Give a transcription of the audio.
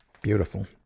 Beautiful